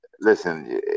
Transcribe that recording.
listen